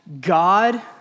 god